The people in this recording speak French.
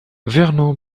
vernon